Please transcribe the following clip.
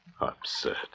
Absurd